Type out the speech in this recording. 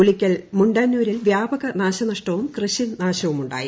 ഉളിക്കൽ മുണ്ടാന്നൂരിൽ വ്യാപക നാശനഷ്ടവും കൃഷിനാശവുമുണ്ടായി